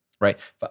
right